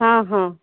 ହଁ ହଁ